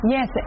Yes